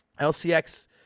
LCX